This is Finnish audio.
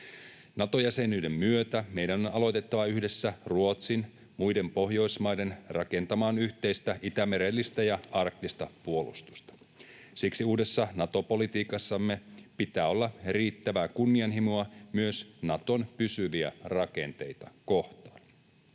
Nato-jäsenyyden myötä meidän on aloitettava yhdessä Ruotsin ja muiden Pohjoismaiden kanssa rakentamaan yhteistä Itämerellistä ja arktista puolustusta. Siksi uudessa Nato-politiikassamme pitää olla riittävää kunnianhimoa myös Naton pysyviä rakenteita kohtaan.